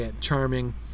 charming